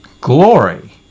glory